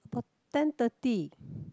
about ten thirty